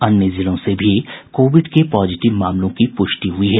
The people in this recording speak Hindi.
अन्य जिलों से भी कोविड के पॉजिटिव मामलों की पुष्टि हुई है